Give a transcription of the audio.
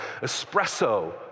espresso